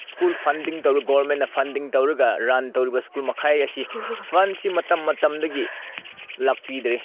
school funding ꯇꯧꯔꯒ ꯒꯣꯕꯔꯃꯦꯟꯅ funding ꯇꯧꯔꯒ ꯔꯟ ꯇꯧꯔꯤꯕ ꯁ꯭ꯀꯨꯜ ꯃꯈꯩ ꯑꯁꯤ ꯐꯟꯁꯤ ꯃꯇꯝ ꯃꯇꯝꯗꯒꯤ ꯂꯥꯛꯄꯤꯗ꯭ꯔꯦ